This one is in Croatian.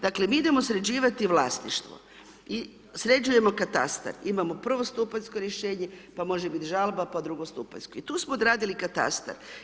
Dakle mi idemo sređivati vlasništvo i sređujemo katastar, imamo prvo stupanjsko rješenje pa može biti žalba pa drugostupanjsko i tu smo odradili katastar.